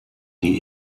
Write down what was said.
die